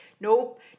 Nope